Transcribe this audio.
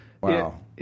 Wow